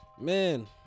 man